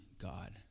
God